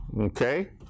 Okay